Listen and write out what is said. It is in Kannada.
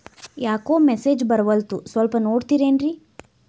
ಯಾಕೊ ಮೆಸೇಜ್ ಬರ್ವಲ್ತು ಸ್ವಲ್ಪ ನೋಡ್ತಿರೇನ್ರಿ?